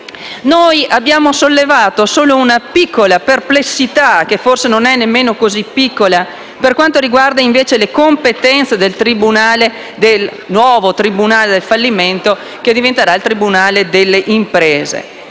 Abbiamo sollevato solo una piccola perplessità, che forse non è nemmeno così piccola, per quanto riguarda le competenze del nuovo tribunale del fallimento, che diventerà il tribunale delle imprese.